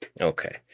Okay